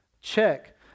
check